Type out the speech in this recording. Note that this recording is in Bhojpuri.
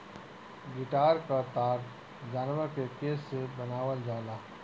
गिटार क तार जानवर के केस से बनावल जाला